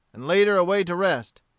and laid her away to rest.